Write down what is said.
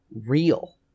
real